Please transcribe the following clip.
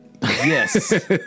Yes